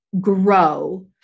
grow